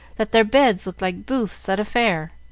that their beds looked like booths at a fair.